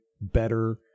better